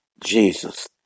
Jesus